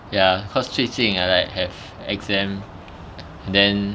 ya cause 最近 I like have exam then